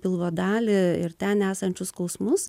pilvo dalį ir ten esančius skausmus